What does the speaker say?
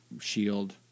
shield